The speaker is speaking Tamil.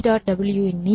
w' இன் நீளம்